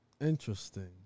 Interesting